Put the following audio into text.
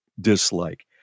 dislike